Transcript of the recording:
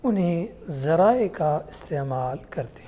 انہیں ذرائع کا استعمال کرتے ہیں